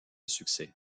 succès